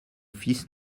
fils